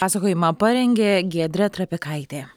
pasakojimą parengė giedrė trapikaitė